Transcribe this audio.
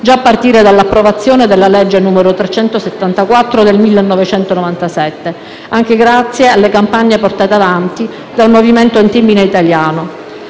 già a partire dall'approvazione della legge n. 374 del 1997, anche grazie alle campagne portate avanti dal movimento antimine italiano.